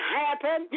happen